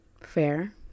fair